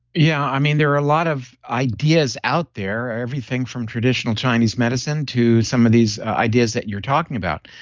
yeah, i mean there are a lot of ideas out there. everything from traditional chinese medicine to some of these ideas that you're talking about.